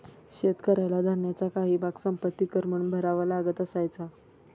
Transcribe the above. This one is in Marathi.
शेतकऱ्याला धान्याचा काही भाग संपत्ति कर म्हणून भरावा लागत असायचा